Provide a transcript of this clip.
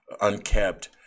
unkept